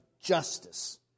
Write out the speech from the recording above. justice